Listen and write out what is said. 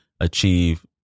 achieve